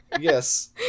Yes